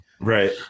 right